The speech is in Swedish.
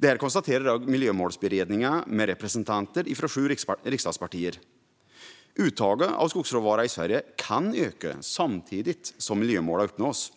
Detta konstaterar också Miljömålsberedningen med representanter från sju riksdagspartier. Uttaget av skogsråvara i Sverige kan öka samtidigt som miljömålen uppnås.